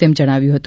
તેમ જણાવ્યું છે